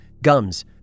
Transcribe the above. gums